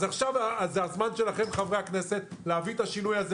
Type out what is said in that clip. אז עכשיו זה הזמן שלכם חברי הכנסת להביא את השינוי הזה